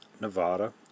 Nevada